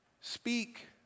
speak